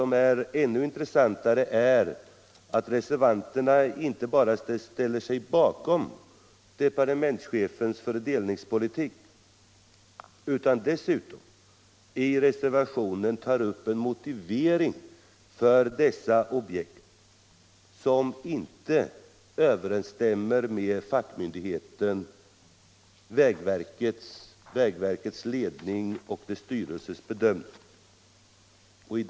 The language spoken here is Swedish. Men ännu intressantare är att reservanterna inte bara ställer sig bakom departementschefens fördelningspolitik utan dessutom i reservationen tar upp en motivering för dessa objekt som inte överensstämmer med den bedömning som styrelsen för fackmyndigheten vägverket gjort.